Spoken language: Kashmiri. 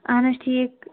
اَہَن حظ ٹھیٖک